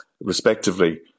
respectively